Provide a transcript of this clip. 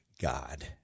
God